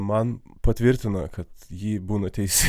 man patvirtina kad ji būna teisi